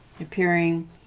appearing